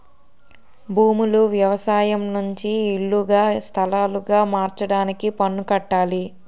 భూములు వ్యవసాయం నుంచి ఇల్లుగా స్థలాలుగా మార్చడానికి పన్ను కట్టాలి